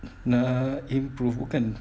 nak improve bukan